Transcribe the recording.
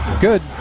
good